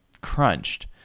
crunched